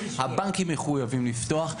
הבנקים מחויבים לפתוח.